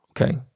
Okay